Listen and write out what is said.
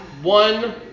One